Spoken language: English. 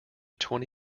twenty